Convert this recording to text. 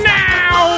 now